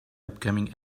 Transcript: upcoming